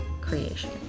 creation